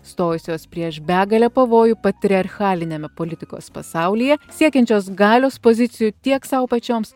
stojusios prieš begalę pavojų patriarchaliniame politikos pasaulyje siekiančios galios pozicijų tiek sau pačioms